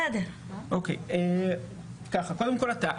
קודם כל,